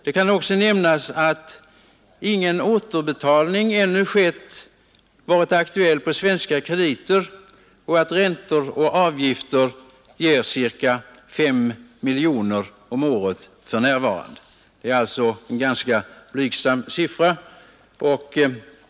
Det kan också nämnas att ingen återbetalning ännu har varit aktuell på svenska krediter, och att räntor och avgifter ger ca 5 miljoner om året för närvarande. Det är alltså en ganska blygsam siffra det rör sig om.